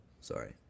Sorry